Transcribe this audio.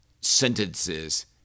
sentences